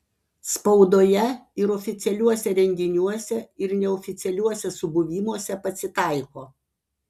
spaudoje ir oficialiuose renginiuose ir neoficialiuose subuvimuose pasitaiko